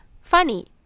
funny